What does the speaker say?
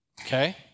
Okay